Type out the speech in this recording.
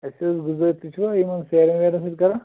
اَسہِ ٲس گُزٲ تُہۍ چھُنہ یِمَن سیرٮ۪ن ویرٮ۪ن سۭتۍ کَران